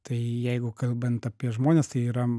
tai jeigu kalbant apie žmones tai yra